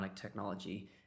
technology